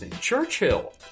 Churchill